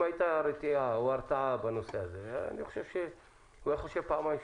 אם הייתה הרתעה בנושא הזה אני חושב שהוא היה חושב פעמיים,